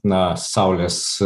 na saulės